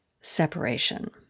separation